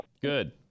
Good